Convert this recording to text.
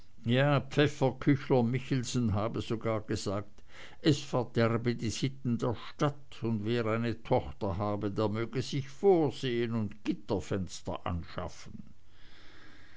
pefferküchler michelsen habe sogar gesagt es verderbe die sitten der stadt und wer eine tochter habe der möge sich vorsehen und gitterfenster anschaffen